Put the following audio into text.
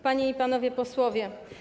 Panie i Panowie Posłowie!